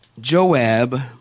Joab